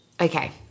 Okay